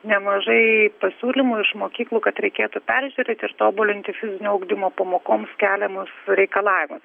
nemažai pasiūlymų iš mokyklų kad reikėtų peržiūrėti ir tobulinti fizinio ugdymo pamokoms keliamus reikalavimus